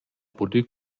pudü